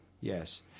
Yes